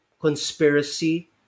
conspiracy